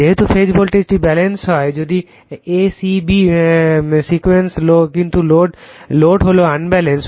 যেহেতু ফেজ ভোল্টেজটি ব্যালান্সড হয় যদি a c b সিকোয়েন্স কিন্তু লোড হলো আনব্যালান্সড